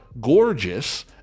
gorgeous